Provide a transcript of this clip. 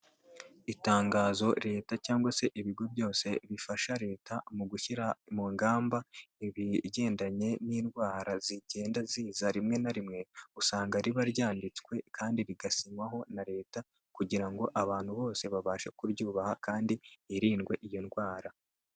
Itangazo leta cyangwa se ibigo byose bifasha leta mu gushyira mu ngamba ibigendanye n'indwara zigenda ziza rimwe na rimwe usanga riba ryanditswe kandi rigasinywaho na leta kugira ngo abantu bose babashe kuryubaha kandi hirindwe iyo ndwara.